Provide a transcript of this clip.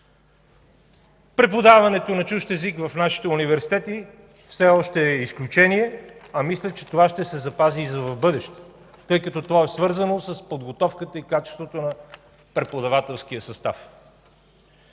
Преподаването на чужд език в нашите университети все още е изключение, а мисля, че това ще се запази и в бъдеще, тъй като то е свързано с подготовката и качеството на преподавателския състав.